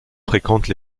fréquente